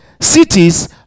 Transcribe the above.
cities